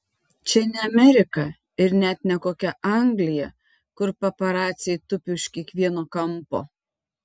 čia ne amerika ir net ne kokia anglija kur paparaciai tupi už kiekvieno kampo